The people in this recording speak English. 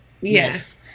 Yes